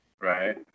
Right